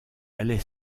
allait